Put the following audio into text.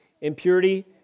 impurity